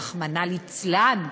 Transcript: רחמנא ליצלן,